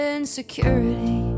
Insecurity